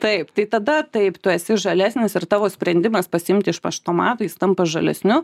taip tai tada taip tu esi žalesnis ir tavo sprendimas pasiimti iš paštomato jis tampa žalesniu